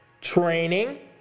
Training